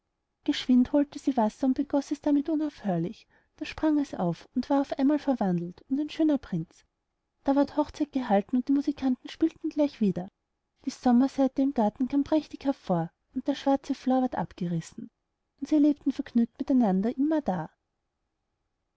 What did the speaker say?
geschwind holte sie wasser und begoß es damit unaufhörlich da sprang es auf und war auf einmal verwandelt und ein schöner prinz da ward hochzeit gehalten und die musikanten spielten gleich wieder die sommerseite im garten kam prächtig hervor und der schwarze flor ward abgerissen und sie lebten vergnügt miteinander immerdar